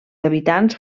habitants